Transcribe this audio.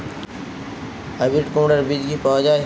Hybrid কুমড়ার বীজ কি পাওয়া য়ায়?